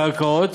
קרקעות,